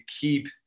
keep